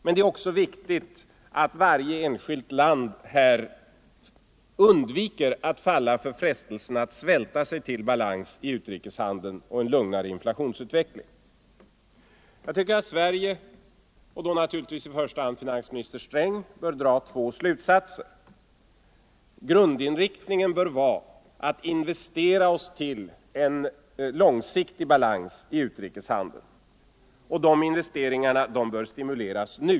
Men det är också viktigt att varje enskilt land undviker att falla för frestelsen att svälta sig till balans i utrikeshandeln och en lugnare inflationsutveckling. Jag tycker att Sverige — och då naturligtvis i första hand finansminister Sträng — bör dra två slutsatser: grundinriktningen bör vara att investera oss till en långsiktig balans i utrikeshandeln, och de investeringarna bör stimuleras nu.